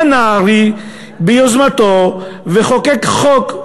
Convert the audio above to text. בא נהרי ביוזמתו וחוקק חוק.